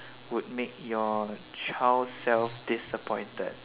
would make your child self disappointed